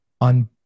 on